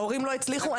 ההורים לא הצליחו,